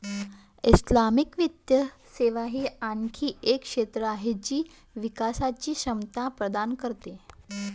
Islamic वित्तीय सेवा ही आणखी एक क्षेत्र आहे जी विकासची क्षमता प्रदान करते